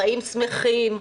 חיים שמחים,